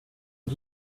did